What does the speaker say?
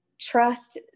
trust